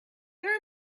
there